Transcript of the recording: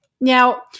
Now